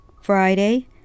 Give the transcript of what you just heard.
Friday